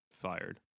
fired